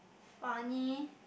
funny